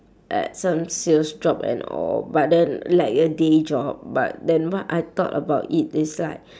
at some sales job and all but then like a day job but then what I thought about it is like